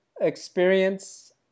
experience